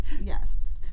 yes